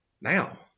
now